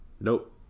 Nope